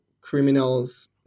criminals